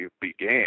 began